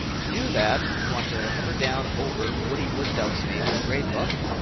to do that we want to hover down over woody wood duck's name in the gradebook.